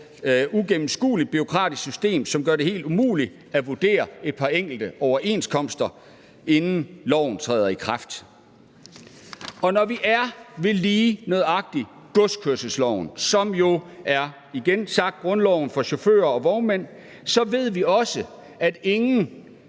uigennemskueligt bureaukratisk system, som gør det helt umuligt at vurdere et par enkelte overenskomster, inden loven træder i kraft. Når vi er ved lige nøjagtig godskørselsloven, der jo som sagt er grundloven for chauffører og vognmænd, så ved vi også, at ingen